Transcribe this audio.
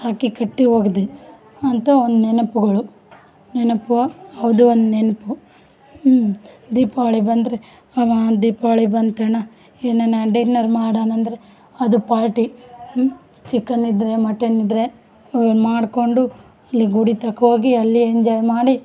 ರಾಕಿ ಕಟ್ಟಿ ಅಂತ ಒಂದು ನೆನಪುಗಳು ನೆನಪು ಹೌದು ಒಂದು ನೆನಪು ದೀಪಾವಳಿ ಬಂದರೆ ಅವಾ ದೀಪಾವಳಿ ಬಂತಣ್ಣ ಏನನ ಡಿನ್ನರ್ ಮಾಡಣ ಅಂದರೆ ಅದು ಪಾರ್ಟಿ ಚಿಕನ್ ಇದ್ರೆ ಮಟನ್ ಇದ್ರೆ ಮಾಡಿಕೊಂಡು ಅಲ್ಲಿ ಗುಡಿಗೆ ತಕೋಗಿ ಅಲ್ಲಿ ಎಂಜಾಯ್ ಮಾಡಿ